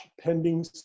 pending